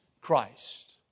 Christ